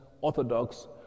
Orthodox